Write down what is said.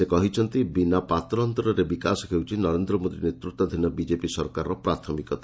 ସେ କହିଛନ୍ତି ବିନା ପାତରଅନ୍ତରରେ ବିକାଶ ହେଉଛି ନରେନ୍ଦ୍ର ମୋଦି ନେତୃତ୍ୱାଧୀନ ବିଜେପି ସରକାରଙ୍କ ପ୍ରାଥମିକତା